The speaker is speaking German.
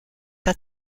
der